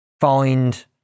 find